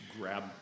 grab